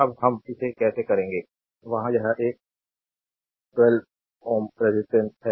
अब हम इसे कैसे करेंगे वहाँ यह एक 12 do रेजिस्टेंस है